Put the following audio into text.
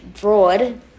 broad